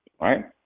right